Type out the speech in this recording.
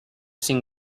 seen